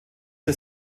the